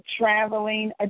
traveling